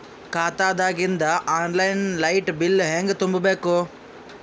ಖಾತಾದಾಗಿಂದ online light bill ಹೇಂಗ ತುಂಬಾ ಬೇಕು?